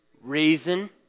reason